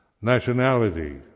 nationality